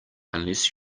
unless